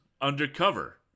undercover